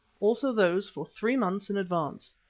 also those for three months in advance.